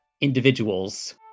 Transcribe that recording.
individuals